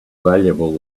valuable